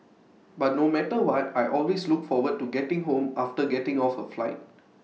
but no matter what I always look forward to getting home after getting off A flight